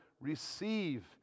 receive